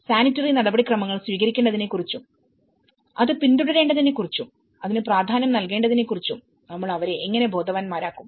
sanitary നടപടിക്രമങ്ങൾ സ്വീകരിക്കേണ്ടതിനെ കുറിച്ചും അത് പിന്തുടരേണ്ടതിനെക്കുറിച്ചുംഅതിനു പ്രാധാന്യം നൽകേണ്ടതിനെ കുറിച്ചും നമ്മൾ അവരെ എങ്ങനെ ബോധവാന്മാരാക്കും